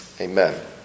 Amen